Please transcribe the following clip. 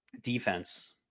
defense